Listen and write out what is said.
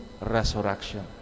Resurrection